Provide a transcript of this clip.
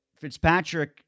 Fitzpatrick